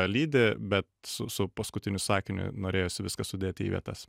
lydi bet su su paskutiniu sakiniu norėjosi viską sudėti į vietas